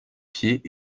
pieds